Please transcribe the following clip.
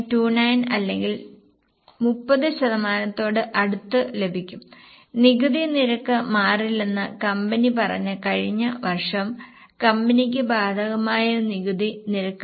29 അല്ലെങ്കിൽ 30 ശതമാനത്തോട് അടുത്ത് ലഭിക്കും നികുതി നിരക്ക് മാറില്ലെന്ന് കമ്പനി പറഞ്ഞ കഴിഞ്ഞ വർഷം കമ്പനിക്ക് ബാധകമായ നികുതി നിരക്കാണിത്